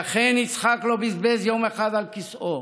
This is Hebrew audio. ואכן, יצחק לא בזבז יום אחד על כיסאו,